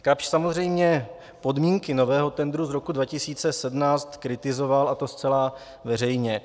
Kapsch samozřejmě podmínky nového tendru z roku 2017 kritizoval, a to zcela veřejně.